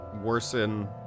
worsen